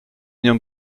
nią